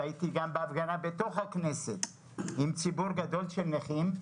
הייתי גם בהפגנה בתוך הכנסת עם ציבור גדול של נכים.